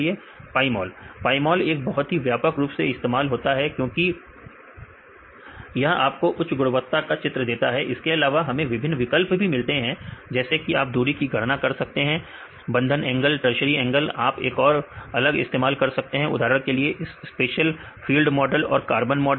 विद्यार्थी PyMOL PyMOL एक बहुत से व्यापक रूप से इस्तेमाल होता है क्योंकि यह आपको उच्च गुणवत्ता का चित्र देता है इसके अलावा हमें विभिन्न विकल्प भी मिलते हैं जैसे आप दूरी की गणना कर सकते हैं बंधन एंगल टर्सरी एंगल आप एक और अलग इस्तेमाल कर सकते हैं उदाहरण के लिए स्पेस फील मॉडल और कार्बन मॉडल